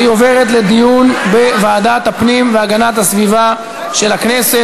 והיא עוברת לדיון בוועדת הפנים והגנת הסביבה של הכנסת.